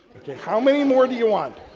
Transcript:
ok. how many more do you want?